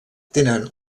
tenen